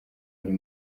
ari